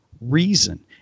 reason